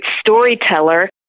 storyteller